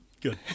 Good